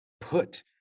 put